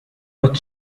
but